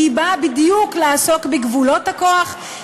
כי היא באה בדיוק לעסוק בגבולות הכוח,